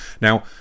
Now